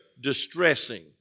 distressing